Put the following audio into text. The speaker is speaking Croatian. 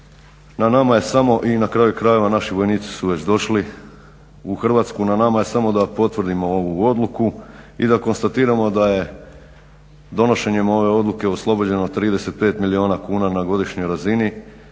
Na nama je samo i na kraju krajeva naši vojnici su već došli u Hrvatsku. Na nama je samo da potvrdimo ovu odluku i da konstatiramo da je donošenjem ove odluke oslobođeno 35 milijuna kuna na godišnjoj razini